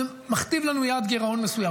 זה מכתיב לנו יעד גירעון מסוים,